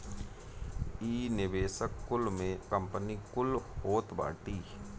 इ निवेशक कुल में कंपनी कुल होत बाटी